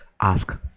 ask